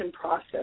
process